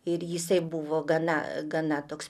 ir jisai buvo gana gana toks